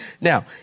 Now